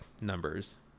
numbers